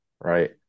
right